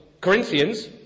Corinthians